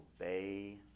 obey